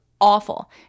awful